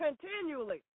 continually